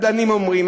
כלכלנים אומרים,